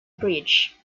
bridge